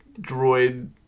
droid